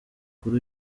kuri